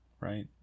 right